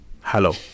hello